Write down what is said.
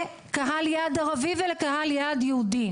לקהל יעד ערבי ולקהל יעד יהודי,